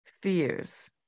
fears